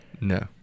No